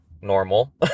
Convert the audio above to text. Normal